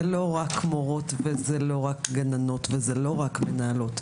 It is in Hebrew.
זה לא רק מורות וגננות ומנהלות,